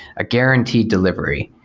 a guaranteed delivery.